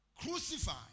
Crucified